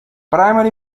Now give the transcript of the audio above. primary